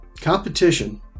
Competition